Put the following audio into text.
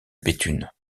béthune